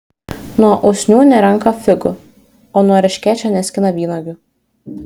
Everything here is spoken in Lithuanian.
nuo usnių nerenka figų o nuo erškėčio neskina vynuogių